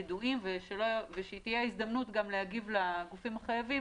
ידועים ושתהיה גם הזדמנות לגופים החייבים